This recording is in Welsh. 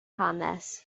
hanes